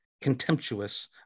contemptuous